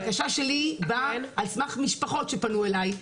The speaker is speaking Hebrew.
הבקשה שלי באה על סמך משפחות שפנו אלי,